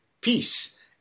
peace